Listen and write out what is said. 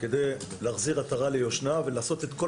כדי להחזיר עטרה ליושנה ולעשות את כל